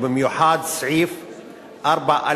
ובמיוחד סעיף 2(א)(4)